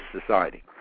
society